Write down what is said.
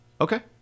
Okay